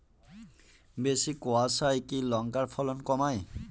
বেশি কোয়াশায় কি লঙ্কার ফলন কমায়?